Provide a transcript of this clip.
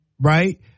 right